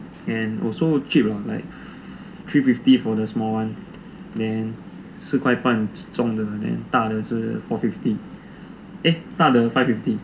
and also cheap ah like three fifty for the small one then 四块半中的 then 大的是 four fifty eh 大的 five fifty